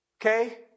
Okay